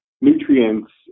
nutrients